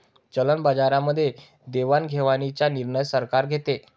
चलन बाजारामध्ये देवाणघेवाणीचा निर्णय सरकार घेते